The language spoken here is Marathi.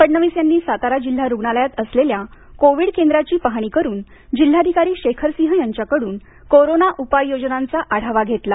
फडणवीस यांनी सातारा जिल्हा रुग्णालयात असलेल्या कोविड केंद्राची पाहणी करून जिल्हाधिकारी शेखर सिंह यांच्याकडून कोरोना उपाययोजनांचा आढावा घेतला